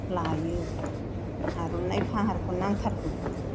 लायो आर'नाय फाहारखौ नांथारगौ